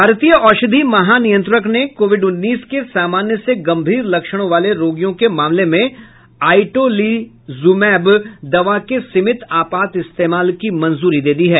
भारतीय औषधि महानियंत्रक ने कोविड उन्नीस के सामान्य से गंभीर लक्षणों वाले रोगियों के मामले में आइटोलिजुमैब दवा के सीमित आपात इस्तेमाल की मंजूरी दे दी है